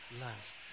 lands